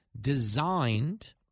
designed